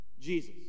Jesus